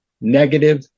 negative